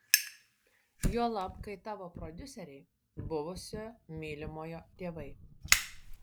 juolab kai tavo prodiuseriai buvusio mylimojo tėvai